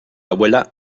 abuela